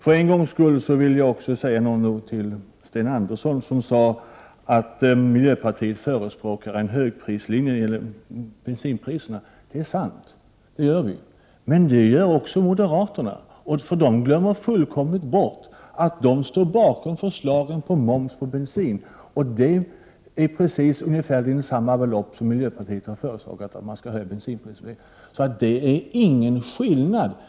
För en gångs skull vill jag också säga några ord till Sten Andersson, som sade att miljöpartiet förespråkar en högprislinje när det gäller bensinpriserna. Det är sant; det gör vi. Men det gör också moderaterna. De glömmer fullständigt bort att de står bakom förslagen om moms på bensin, och den uppgår till ungefärligen samma belopp som det som miljöpartiet har föreslagit att man skall höja bensinpriset med. Det är alltså ingen skillnad.